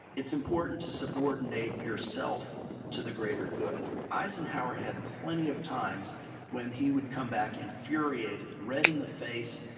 it's important to subordinate yourself to the greater good. eisenhower had plenty of times when he would come back infuriated, red in the face,